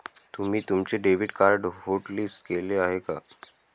तुम्ही तुमचे debit card hotlist केले आहे का?